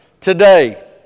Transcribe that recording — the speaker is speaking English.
today